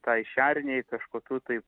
tai šernei kažkokių tai